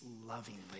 lovingly